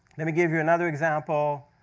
let me give you another example.